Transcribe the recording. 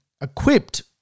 equipped